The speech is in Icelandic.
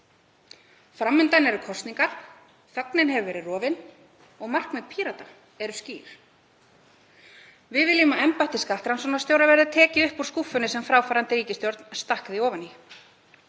Fram undan eru kosningar. Þögnin hefur verið rofin og markmið Pírata eru skýr. Við viljum að embætti skattrannsóknarstjóra verði tekið upp úr skúffunni sem fráfarandi ríkisstjórn stakk því ofan í.